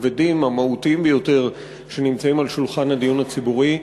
הכבדים והמהותיים ביותר שנמצאים על שולחן הדיון הציבורי.